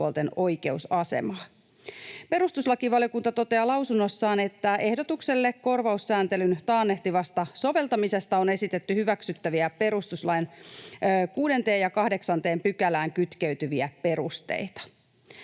Perustuslakivaliokunta toteaa lausunnossaan, että ehdotukselle korvaussääntelyn taannehtivasta soveltamisesta on esitetty hyväksyttäviä perustuslain 6 ja 8 §:ään kytkeytyviä perusteita.